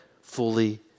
fully